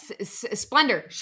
splendor